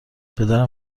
پدرم